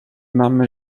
mamy